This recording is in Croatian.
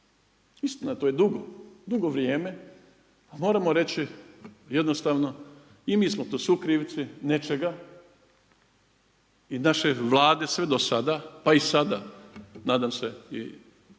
to je dugo, dugo vrijeme, a moramo reći jednostavno i mi smo tu sukrivci nečega i naše Vlade sve do sada, pa i sada. Nadam se i